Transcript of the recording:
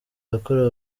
yakorewe